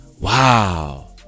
Wow